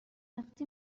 وقتی